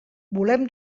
volem